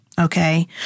okay